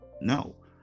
No